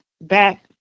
back